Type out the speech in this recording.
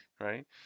right